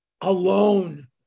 alone